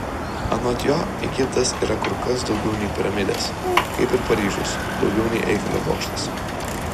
anot jo egiptas yra kur kas daugiau nei piramidės kaip ir paryžius daugiau nei eifelio bokštas